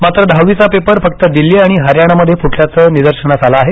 मात्र दहावीचा पेपर फक्त दिल्ली आणि हरियानामध्ये फुटल्याचं निदर्शनास आलं आहे